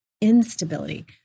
instability